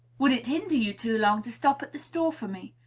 would it hinder you too long to stop at the store for me?